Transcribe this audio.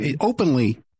openly